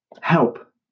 help